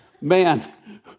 man